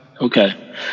okay